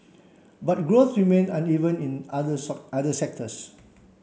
but growth remain uneven in other other sectors